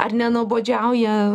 ar nenuobodžiauja